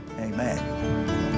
Amen